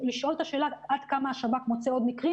לשאול את השאלה עד כמה השב"כ מוצא עוד מקרים